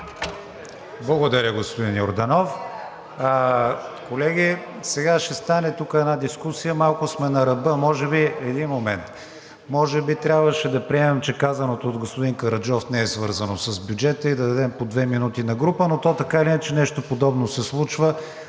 Благодаря, господин Йорданов. Колеги, сега ще стане тук една дискусия, малко сме на ръба. Може би трябваше да приемем, че казаното от господин Караджов не е свързано с бюджета и да дадем по две минути на група, но така или иначе нещо подобно се случва.